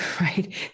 right